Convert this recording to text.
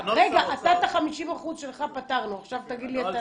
את ה-50% שלך פתרנו, עכשיו תגיד לי אתה.